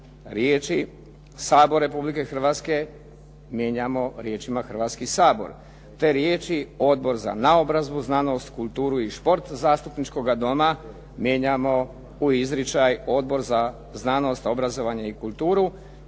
Riječi “Sabor Republike Hrvatske“ mijenjamo riječima “Hrvatski sabor“, te riječi “Odbor za naobrazbu, znanost, kulturu i šport Zastupničkoga doma“ mijenjamo u izričaj “Odbor za znanost, obrazovanje i kulturu“